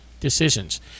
decisions